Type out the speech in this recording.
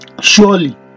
Surely